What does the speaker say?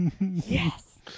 Yes